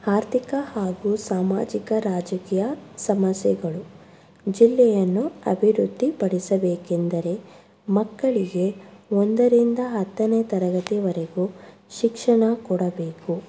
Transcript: ಆರ್ಥಿಕ ಹಾಗೂ ಸಾಮಾಜಿಕ ರಾಜಕೀಯ ಸಮಸ್ಯೆಗಳು ಜಿಲ್ಲೆಯನ್ನು ಅಭಿವೃದ್ಧಿ ಪಡಿಸಬೇಕೆಂದರೆ ಮಕ್ಕಳಿಗೆ ಒಂದರಿಂದ ಹತ್ತನೇ ತರಗತಿವರೆಗೂ ಶಿಕ್ಷಣ ಕೊಡಬೇಕು